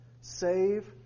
Save